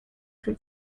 for